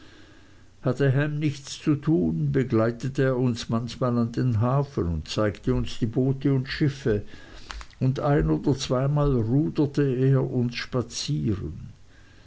hatte ham nichts zu tun begleitete er uns manchmal an den hafen und zeigte uns die boote und schiffe und ein oder zweimal ruderte er uns spazieren